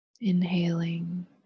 inhaling